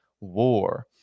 war